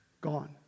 Gone